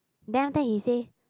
then after he say